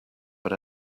but